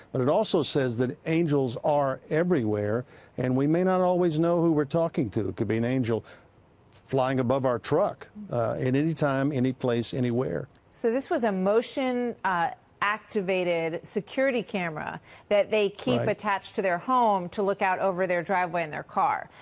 but it also says that angels are everywhere and we may not always know who we are talking to. it could be an angel flying above our truck and anytime, anyplace, anywhere. martha so this was a motion activated security camera that they keep attached to their home to look out over their driveway and their car.